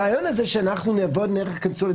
הרעיון הזה שאנחנו נעבוד דרך הקונסוליה,